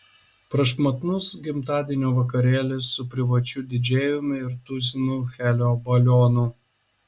prašmatnus gimtadienio vakarėlis su privačiu didžėjumi ir tuzinu helio balionų